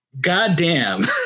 goddamn